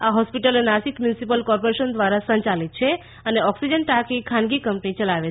આ hospital Nashik municipal corporation દ્વારા સંયાલિત છે અને ઓક્સિજન ટાંકી ખાનગી કંપની ચલાવે છે